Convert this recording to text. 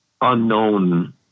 unknown